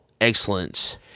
excellence